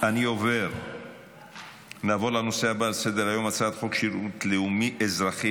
אני קובע כי הצעת חוק לתיקון פקודת בתי הסוהר (תיקון מס' 66,